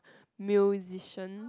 musician